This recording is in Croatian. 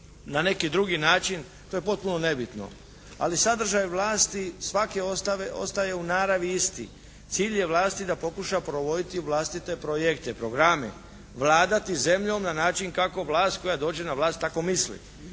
na neki drugi način, to je potpuno nebitno. Ali sadržaj vlasti svake ostaje u naravi isti. Cilj je vlasti da pokuša provoditi vlastite projekte, programe, vladati zemljom na način kako vlast koja dođe na vlast tako misli.